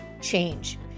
change